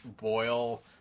boil